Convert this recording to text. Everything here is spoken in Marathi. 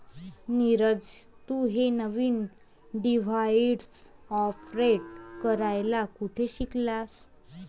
नीरज, तू हे नवीन डिव्हाइस ऑपरेट करायला कुठे शिकलास?